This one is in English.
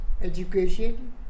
education